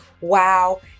wow